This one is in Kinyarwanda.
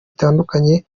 bitandukanye